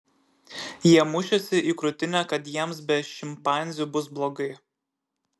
jie mušėsi į krūtinę kad jiems be šimpanzių bus blogai